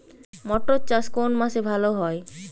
মটর চাষ কোন মাসে ভালো হয়?